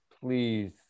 please